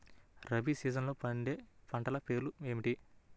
రబీ సీజన్లో పండే పంటల పేర్లు ఏమిటి?